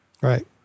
Right